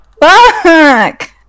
Fuck